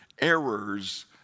errors